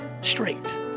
straight